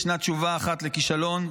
ישנה תשובה אחת לכישלון,